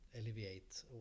alleviate